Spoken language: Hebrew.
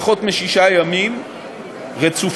פחות משישה ימים רצופים,